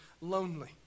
lonely